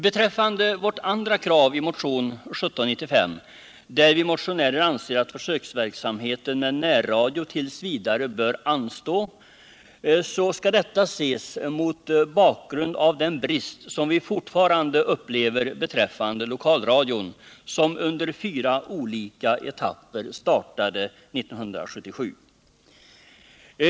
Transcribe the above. Det andra kravet i motion 1795 är att försöksverksamheten med närradio t. v. skall anstå. Detta skall ses mot bakgrund av de brister som vi motionärer fortfarande upplever att lokalradion har, som under fyra olika etapper startade 1977.